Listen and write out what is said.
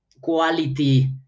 quality